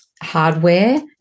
hardware